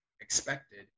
expected